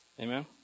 Amen